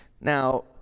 Now